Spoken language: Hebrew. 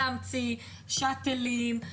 שאטלים,